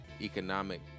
economic